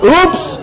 Oops